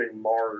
Mars